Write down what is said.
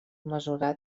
mesurar